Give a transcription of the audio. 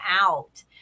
out